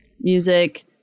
music